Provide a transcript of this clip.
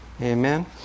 Amen